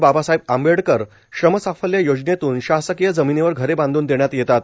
बाबासाहेब आंबेडकर श्रमसाफल्य योजनेतृन शासकीय जमीनीवर घरे बांधन देण्यात येतात